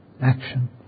action